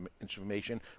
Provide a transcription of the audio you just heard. information